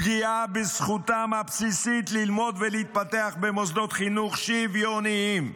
פגיעה בזכותן הבסיסית ללמוד ולהתפתח במוסדות חינוך שוויוניים.